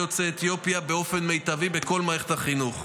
יוצאי אתיופיה באופן מיטבי בכל מערכת החינוך.